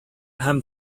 һәм